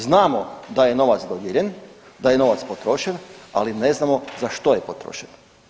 Znamo da je novac dodijeljen, da je novac potrošen, ali ne znamo za što je potrošen.